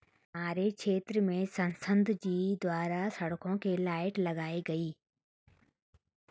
हमारे क्षेत्र में संसद जी द्वारा सड़कों के लाइट लगाई गई